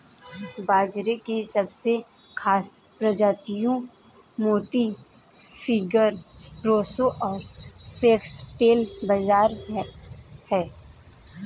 बाजरे की सबसे खास प्रजातियाँ मोती, फिंगर, प्रोसो और फोक्सटेल बाजरा है